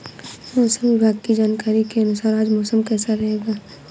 मौसम विभाग की जानकारी के अनुसार आज मौसम कैसा रहेगा?